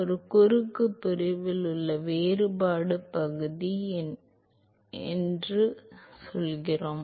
ஒரு குறுக்கு பிரிவில் உள்ள வேறுபாடு பகுதி என்ன வாருங்கள்